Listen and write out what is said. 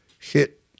hit